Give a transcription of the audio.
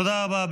תודה רבה.